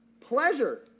pleasure